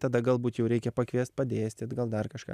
tada galbūt jau reikia pakviest padėstyt gal dar kažką